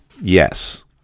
yes